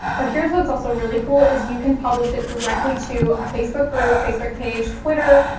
but here's what's also really cool is you can publish it directly to a facebook group, facebook page, twitter,